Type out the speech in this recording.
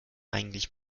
eigentlich